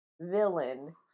villain